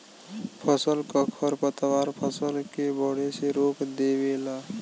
फसल क खरपतवार फसल के बढ़े से रोक देवेला